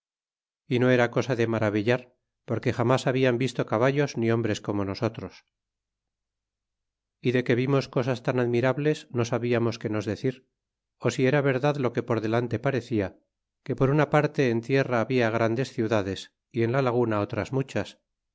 y no era cosa de maravillar porque jamas hablan visto caballos ni hombres como nosotros y de que vimos cosas tan admirables no sabiamos qué nos decir si era verdad lo que por delante parecia que por una parte en tierra habia grandes ciudades y en la laguna otras muchas